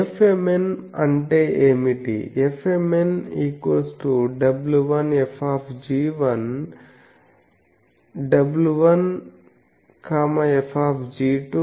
Fmn అంటే ఏమిటి Fmnw1F w1F